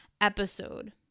episode